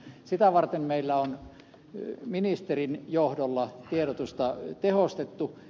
sitä varten meillä on ministerin johdolla tiedotusta tehostettu